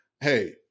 Hey